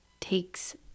takes